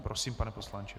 Prosím, pane poslanče.